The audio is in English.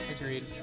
Agreed